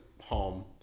home